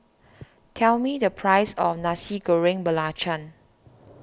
tell me the price of Nasi Goreng Belacan